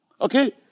Okay